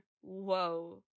whoa